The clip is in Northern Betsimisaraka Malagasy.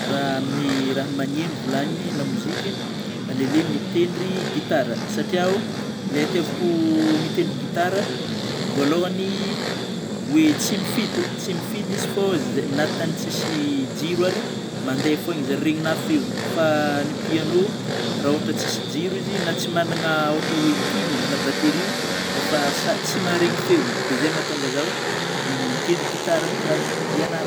Raha amin'ny raha magneno vôlagniny lamoziky aleoleo mitendry gitara satria o ilay hitiavako mitendry gitara voalohany hoe tsy mifidy tsy mifidy izy fô zay- na tany tsisy jiro ary mandeha foagna izy ary regnina feony fa ny piano raha ohatra tsisy jiro izy na tsy magnana ohatra hoe pile na batterie o efa sady tsy maharegny feony dia izay no mahatonga zaho mitendry gitara no tiako hiagnara.